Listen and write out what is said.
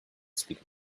speak